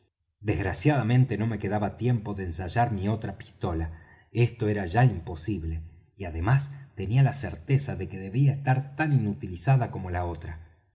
desgraciadamente no me quedaba tiempo de ensayar mi otra pistola esto era ya imposible y además tenía la certeza de que debía estar tan inutilizada como la otra